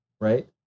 right